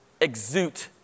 exude